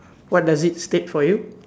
what does it state for you